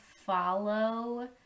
follow